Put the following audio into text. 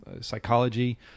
psychology